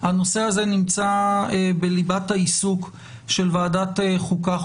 הנושא הזה נמצא בליבת העיסוק של ועדת חוקה,